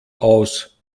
aus